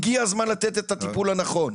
הגיע הזמן לתת את הטיפול הנכון.